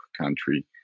country